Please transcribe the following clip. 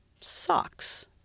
socks